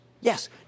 Yes